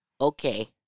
Okay